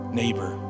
neighbor